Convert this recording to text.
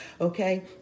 okay